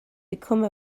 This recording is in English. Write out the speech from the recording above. become